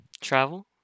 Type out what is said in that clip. travel